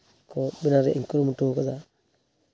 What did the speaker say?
ᱠᱚ ᱵᱮᱱᱟᱣ ᱨᱮᱭᱟᱜ ᱤᱧ ᱠᱩᱨᱩᱢᱩᱴᱩ ᱟᱠᱟᱫᱟ